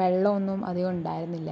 വെള്ളമൊന്നും അധികം ഉണ്ടായിരുന്നില്ല